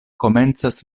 komencas